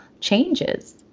changes